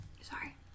sorry